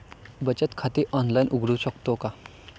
बचत खाते ऑनलाइन उघडू शकतो का?